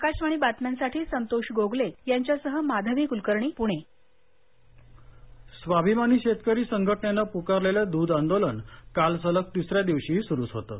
आकाशवाणी बातम्यांसाठी संतोष गोगले यांच्यासह माधवी कुलकर्णी पुणे दूध आंदोलन स्वाभिमानी शेतकरी संघटनेनं पुकारलेलं दूध आंदोलन काल सलग तिसऱ्या दिवशीही सुरूच होतं